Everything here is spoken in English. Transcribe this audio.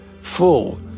full